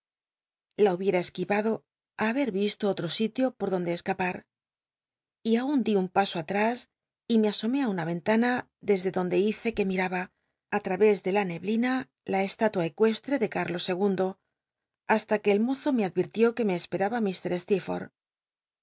la hubicra esquiyado i haber visto otro sitio por donde escapar y aun dí un paso atrás y me asomé á un a yenlana desde donde hice que miraba á través de la neblina la estátua ecueslte de lo i hasta que el mozo me advir lió que me espemba